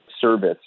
service